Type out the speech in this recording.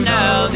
now